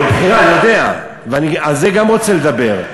יום בחירה, אני יודע, ואני על זה גם רוצה לדבר.